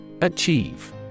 Achieve